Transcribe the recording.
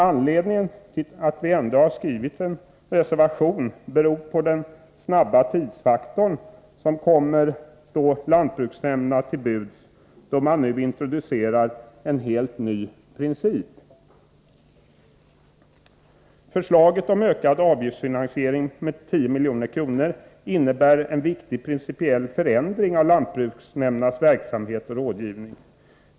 Anledningen till att vi ändå har skrivit en reservation är den korta tid som kommer att stå lantbruks nämnderna till buds då man nu introducerar en helt ny princip. Förslaget om ökad avgiftsfinansering med 10 milj.kr. innebär en viktig principiell förändring av lantbruksnämndernas verksamhet och rådgivning.